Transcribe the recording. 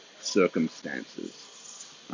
circumstances